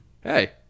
hey